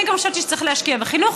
אני גם חשבתי שצריך להשקיע בחינוך,